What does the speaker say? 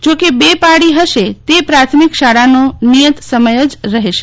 જોકે બે પાડી હશે તે પ્રાથમિક શાળાનો નિયત સમય જ રહેશે